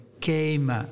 came